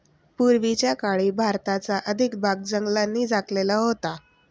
पूर्वीच्या काळी भारताचा अधिक भाग जंगलांनी झाकलेला होता